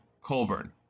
Colburn